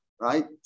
right